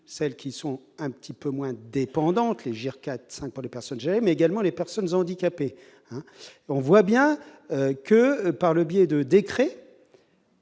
celles qui sont un petit peu moins dépendante les GIR 4 5 pour 2 personnes j'aime également les personnes handicapées, on voit bien que par le biais de décrets.